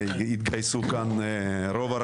שלום לכולם,